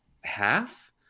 half